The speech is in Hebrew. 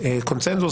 קונצנזוס,